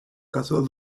casó